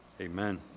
amen